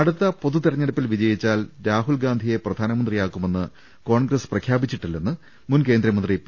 അടുത്ത പൊതുതെരഞ്ഞെടുപ്പിൽ വിജയിച്ചാൽ രാഹുൽ ഗാന്ധിയെ പ്രധാനമന്ത്രിയാക്കുമെന്ന് കോൺഗ്രസ് പ്രഖ്യാപിച്ചിട്ടില്ലെന്ന് മുൻ കേന്ദ്രമന്ത്രി പി